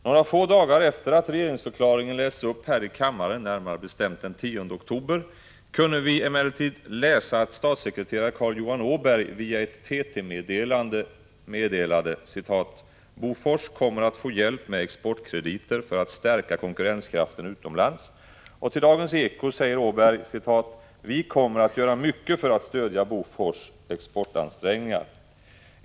Några få dagar efter det att regeringsförklaringen hade lästs upp här i kammaren, närmare bestämt den 10 oktober, kunde vi emellertid läsa att statssekreterare Carl Johan Åberg via ett TT-meddelande uttalat att Bofors kommer att få hjälp med exportkrediter för att stärka konkurrenskraften utomlands. Till Dagens Eko sade Åberg vidare: Vi kommer att göra mycket för att stödja Bofors exportansträngningar.